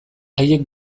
haiek